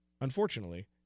Unfortunately